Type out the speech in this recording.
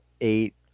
eight